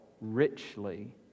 richly